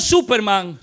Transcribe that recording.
Superman